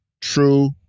true